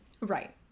right